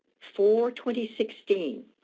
four twenty sixteen,